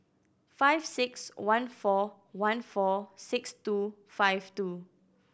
five six one four one four six two five two